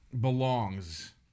belongs